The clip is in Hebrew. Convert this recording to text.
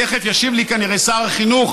תכף ישיב לי כנראה שר החינוך,